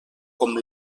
com